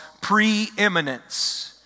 preeminence